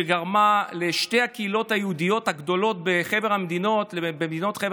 שגרמה לשתי הקהילות היהודיות הגדולות במדינות חבר